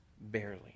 barely